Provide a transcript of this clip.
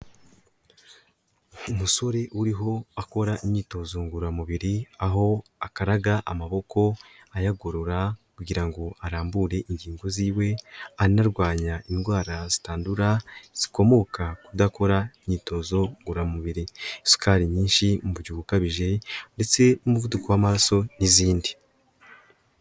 Umusore uriho akora imyitozo ngororamubiri, aho akaraga amaboko, ayagorora kugira ngo arambure ingingo z'iwe, anarwanya indwara zitandura zikomoka kudakora imyitozo ngororamubiri, isukari nyinshi, umubyibuho ukabije ndetse n'umuvuduko w'amaraso n'izindi.